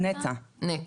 מטעם נת"ע.